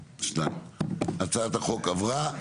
2. הצבעה אושר הצעת החוק נתקבלה.